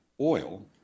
oil